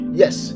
yes